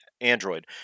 Android